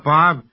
Bob